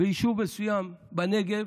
ביישוב מסוים בנגב